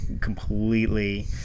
completely